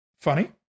funny